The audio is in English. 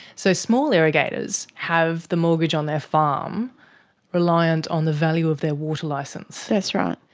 so small irrigators have the mortgage on their farm reliant on the value of their water licence? that's right.